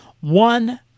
One